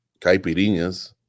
Caipirinhas